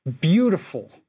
Beautiful